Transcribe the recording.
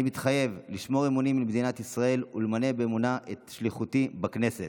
אני מתחייב לשמור אמונים למדינת ישראל ולמלא באמונה את שליחותי בכנסת.